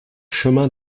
chemin